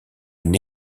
une